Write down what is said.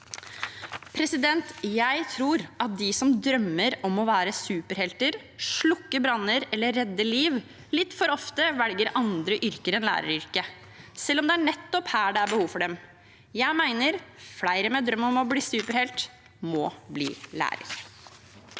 seg. Jeg tror at de som drømmer om å være superhelter, slukke branner eller redde liv litt for ofte velger andre yrker enn læreryrket, selv om det er nettopp her det er behov for dem. Jeg mener flere med drøm om å bli superhelt, må bli lærere.